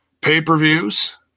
pay-per-views